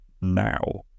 now